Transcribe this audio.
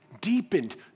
deepened